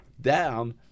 down